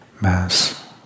mass